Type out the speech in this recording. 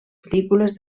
pel·lícules